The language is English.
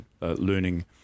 learning